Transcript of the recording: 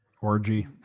Orgy